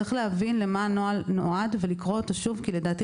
צריך להבין למה הנוהל נועד ולקרוא אותו שוב כי לדעתי